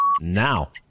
now